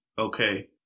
Okay